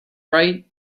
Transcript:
right